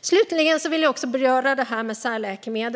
Slutligen vill jag också beröra detta med särläkemedel.